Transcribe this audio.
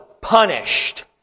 punished